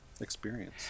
experience